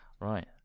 Right